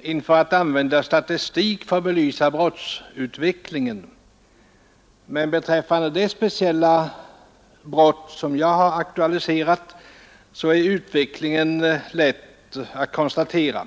inför att använda statistik för att belysa brottsutvecklingen, men beträffande den speciella brottstyp som jag har aktualiserat är utvecklingen lätt att konstatera.